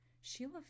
Sheila